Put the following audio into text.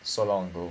so long ago